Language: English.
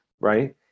right